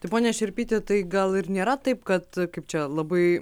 tai pone šerpyti tai gal ir nėra taip kad kaip čia labai